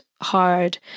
hard